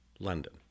London